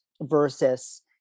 versus